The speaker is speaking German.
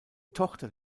tochter